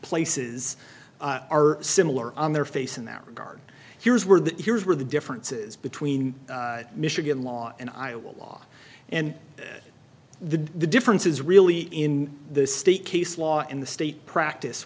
places are similar on their face in that regard here's where the here's where the differences between michigan law and iowa law and the difference is really in the state case law and the state practice